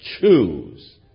choose